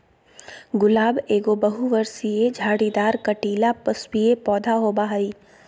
गुलाब एगो बहुवर्षीय, झाड़ीदार, कंटीला, पुष्पीय पौधा होबा हइ